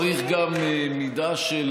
צריך גם מידה של